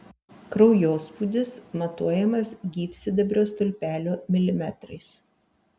kraujospūdis matuojamas gyvsidabrio stulpelio milimetrais